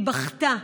היא בכתה.